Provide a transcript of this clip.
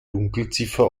dunkelziffer